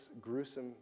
gruesome